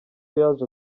yaje